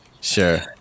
Sure